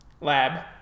lab